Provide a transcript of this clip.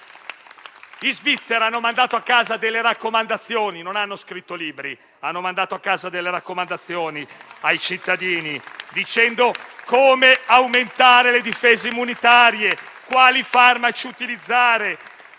in Svizzera hanno mandato a casa delle raccomandazioni; non hanno scritto libri, hanno mandato a casa delle raccomandazioni ai cittadini, dicendo come aumentare le difese immunitarie, quali farmaci utilizzare.